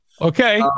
Okay